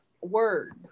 word